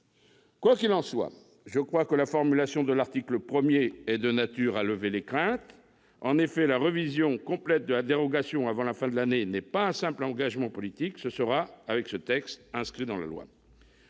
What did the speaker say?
Quoi qu'il en soit, la formulation de l'article 1 me semble de nature à lever les craintes. En effet, la révision complète de la dérogation, avant la fin de l'année, n'est pas un simple engagement politique ; elle sera, par ce texte, inscrite dans la loi.